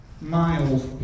miles